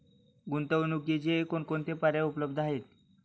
गुंतवणुकीचे कोणकोणते पर्याय उपलब्ध आहेत?